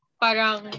parang